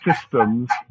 systems